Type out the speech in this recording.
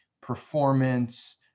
performance